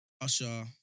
Usher